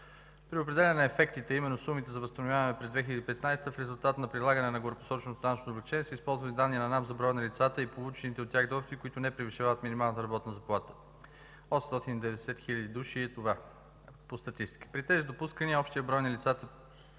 При определяне на ефектите, а именно сумите за възстановяване през 2015 г. в резултат на прилагане на горепосоченото данъчно облекчение, са използвани данни на НАП за броя на лицата и получените от тях доходи, които не превишават минималната работна заплата. 890 хиляди души са по статистика. При тези допускания за общия брой лица